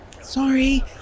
Sorry